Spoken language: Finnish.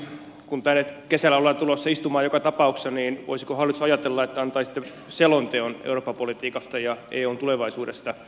kun tänne kesällä ollaan tulossa istumaan joka tapauksessa voisiko hallitus ajatella että antaisi selonteon eurooppa politiikasta ja eun tulevaisuudesta